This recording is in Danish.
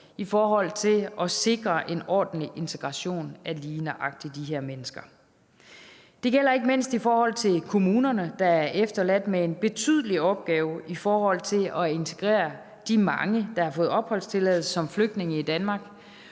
i forhold til at sikre en ordentlig integration af lige nøjagtig de her mennesker. Det gælder ikke mindst kommunerne, der er efterladt med en betydelig opgave med at integrere de mange, der har fået opholdstilladelse som flygtning i Danmark,